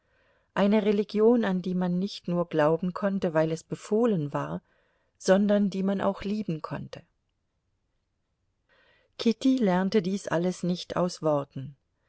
eine religion an die man nicht nur glauben konnte weil es befohlen war sondern die man auch lieben konnte kitty lernte dies alles nicht aus worten